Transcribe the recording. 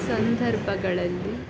ಸಂದರ್ಭಗಳಲ್ಲಿ